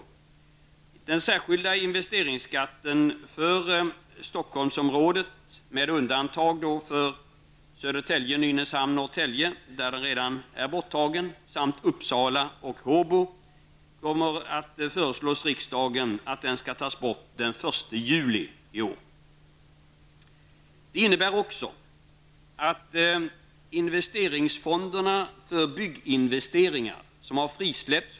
När det gäller den särskilda investeringsskatten för Stockholmsområdet -- med undantag av Södertälje, Nynäshamn och Norrtälje, där den här skatten redan är borttagen, samt för Uppsala och Håbo -- kommer förslag att föreläggas riksdagen om ett borttagande av den aktuella skatten där den 1 juli i år. Investeringsfonderna för bygginvesteringar har frisläppts.